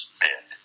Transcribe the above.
bid